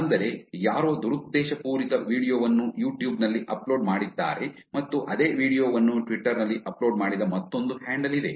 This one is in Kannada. ಅಂದರೆ ಯಾರೋ ದುರುದ್ದೇಶಪೂರಿತ ವೀಡಿಯೊ ವನ್ನು ಯೂಟ್ಯೂಬ್ ನಲ್ಲಿ ಅಪ್ಲೋಡ್ ಮಾಡಿದ್ದಾರೆ ಮತ್ತು ಅದೇ ವೀಡಿಯೊ ವನ್ನು ಟ್ವಿಟರ್ ನಲ್ಲಿ ಅಪ್ಲೋಡ್ ಮಾಡಿದ ಮತ್ತೊಂದು ಹ್ಯಾಂಡಲ್ ಇದೆ